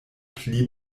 pli